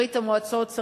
ברית-המועצות,